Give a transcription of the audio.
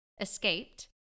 escaped